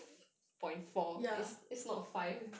ya